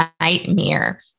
nightmare